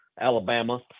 alabama